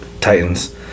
Titans